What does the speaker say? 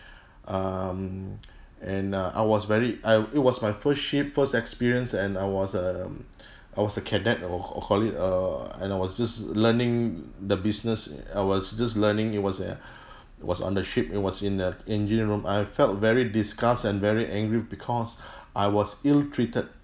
um and uh I was very I it was my first ship first experience and I was um I was a cadet I'll I'll call it err and I was just learning the business I was just learning it was a was on the ship it was in an engineer room I felt very disgust and very angry because I was ill treated